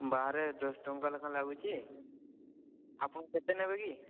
ବାହାରେ ଦଶ ଟଙ୍କା ଲେଖା ଲାଗୁଛି ଆପଣ କେତେ ନେବେ କି